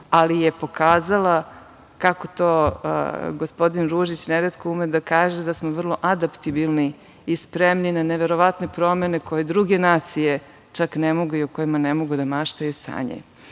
ali je pokazala, kako to gospodin Ružić neretko ima da kaže, da smo vrlo adaptibilni i spremni na neverovatne promene koje druge nacije ne mogu i o kojima ne mogu da maštaju,